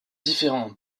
différents